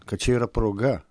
kad čia yra proga